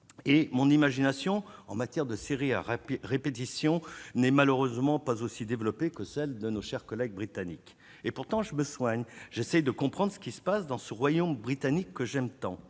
... Mon imagination en matière de série à répétition n'est malheureusement pas aussidéveloppée que celle de nos chers collègues britanniques ! Pourtant, je me soigne et j'essaie de comprendre ce qui se passe dans ce royaume britannique que j'aime tant.